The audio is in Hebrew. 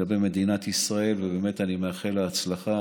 לגבי מדינת ישראל, ובאמת אני מאחל לה הצלחה.